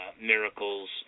miracles